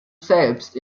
selbst